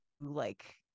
like-